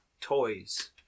toys